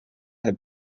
have